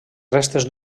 restes